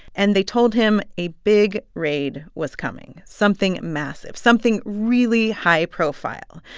and they told him a big raid was coming something massive, something really high profile.